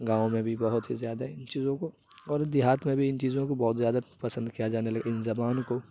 گاؤوں میں بھی بہت ہی زیادہ ان چیزوں کو اور دیہات میں بھی ان چیزوں کو بہت زیادہ پسند کیا جانے لگا ان زبان کو